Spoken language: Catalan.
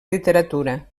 literatura